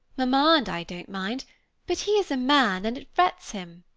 mamma and i don't mind but he is a man, and it frets him.